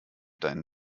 deinen